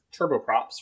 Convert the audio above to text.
turboprops